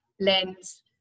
lens